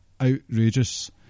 outrageous